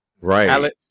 Right